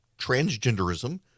transgenderism